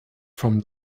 from